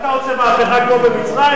מה אתה רוצה, מהפכה כמו במצרים?